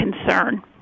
concern